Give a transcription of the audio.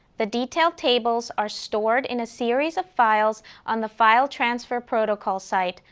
the detailed tables are stored in a series of files on the file transfer protocol site.